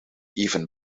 even